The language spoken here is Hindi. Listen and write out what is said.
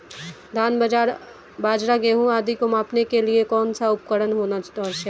धान बाजरा गेहूँ आदि को मापने के लिए कौन सा उपकरण होना आवश्यक है?